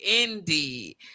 Indeed